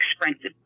expensive